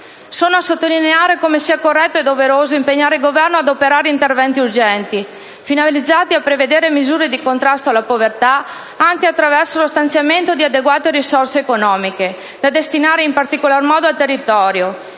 Sono a sottolineare come sia corretto e doveroso impegnare il Governo ad operare interventi urgenti, finalizzati a prevedere misure di contrasto alla povertà anche attraverso lo stanziamento di adeguate risorse economiche da destinare in particolar modo al territorio,